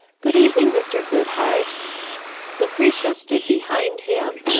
good evening, mr, goodhart lucretia stood behind him.